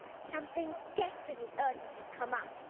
something desperately urgent has come up.